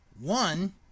One